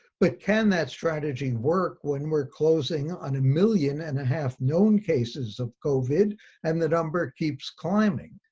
but can that strategy work when we're closing on a million and a half known cases of covid and the number keeps climbing.